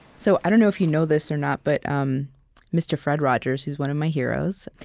so i don't know if you know this or not, but um mr. fred rogers, who's one of my heroes,